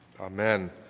Amen